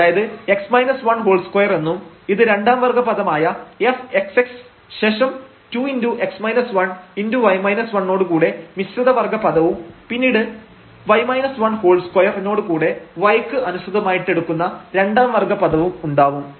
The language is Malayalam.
അതായത് 2 എന്നും ഇത് രണ്ടാം വർഗ്ഗ പദമായ fxx ശേഷം 2 ഓട് കൂടെ മിശ്രിത വർഗ്ഗ പദവും പിന്നെ 2 നോട് കൂടെ y ക്ക് അനുസൃതമായി എടുക്കുന്ന രണ്ടാം വർഗ്ഗ പദവും ഉണ്ടാവും